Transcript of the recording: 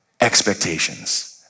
expectations